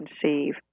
conceive